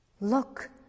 Look